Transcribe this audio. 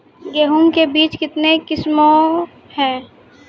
गेहूँ के बीज के कितने किसमें है?